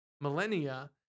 millennia